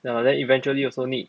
ya then eventually also need